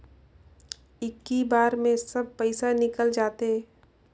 इक्की बार मे सब पइसा निकल जाते?